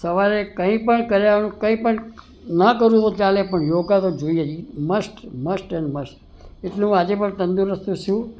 સવારે કંઈ પણ કર્યા કંઈ પણ ના કરું તો ચાલે પણ યોગા તો જોઈએ જ મસ્ટ મસ્ટ એન્ડ મસ્ટ એટલે હું આજે પણ તંદુરસ્ત છું